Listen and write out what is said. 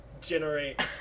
generate